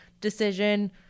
decision